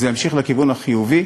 זה ימשיך לכיוון החיובי.